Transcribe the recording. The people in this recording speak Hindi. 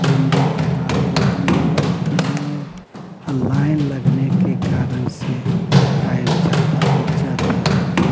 लंबी कतारें लाइनें लगती हैं लाइन लगने के कारण से टाइम ज़्यादा बीत जाता है